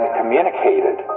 communicated